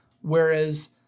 Whereas